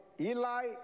Eli